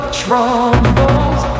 troubles